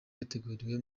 yateguriye